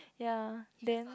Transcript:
ya then